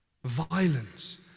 violence